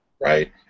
right